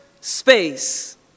space